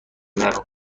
درو